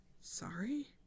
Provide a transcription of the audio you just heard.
sorry